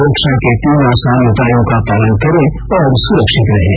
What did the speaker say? सुरक्षा के तीन आसान उपायों का पालन करें और सुरक्षित रहें